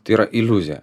tai yra iliuzija